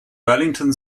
wellington